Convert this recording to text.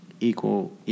Equal